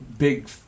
big